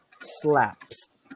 slaps